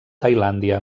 tailàndia